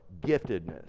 giftedness